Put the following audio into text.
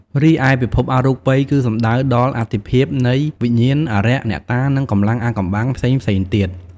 រីឯពិភពអរូបិយគឺសំដៅដល់អត្ថិភាពនៃវិញ្ញាណ អារក្ស អ្នកតា និងកម្លាំងអាថ៌កំបាំងផ្សេងៗទៀត។